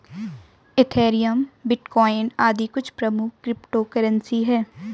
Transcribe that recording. Ethereum, bitcoin आदि कुछ प्रमुख क्रिप्टो करेंसी है